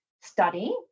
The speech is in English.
study